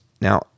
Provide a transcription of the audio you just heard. Now